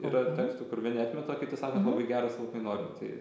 yra tekstų kur vieni atmeta o kiti sako labai geras noriu tai